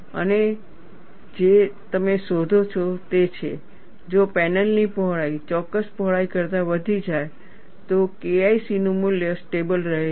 અને તમે જે શોધો છો તે છે જો પેનલની પહોળાઈ ચોક્કસ પહોળાઈ કરતાં વધી જાય તો KIC નું મૂલ્ય સ્ટેબલ રહે છે